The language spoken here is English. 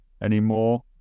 anymore